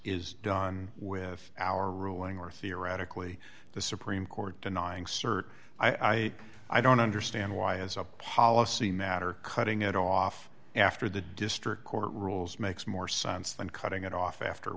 is done with our ruling or theoretically the supreme court denying cert i i i don't understand why as a policy matter cutting it off after the district court rules makes more sense than cutting it off after